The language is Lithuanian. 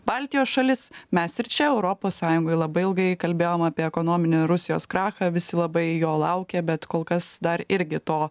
baltijos šalis mes ir čia europos sąjungoj labai ilgai kalbėjom apie ekonominį rusijos krachą visi labai jo laukė bet kol kas dar irgi to